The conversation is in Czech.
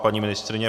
Paní ministryně?